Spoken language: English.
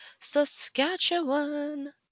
saskatchewan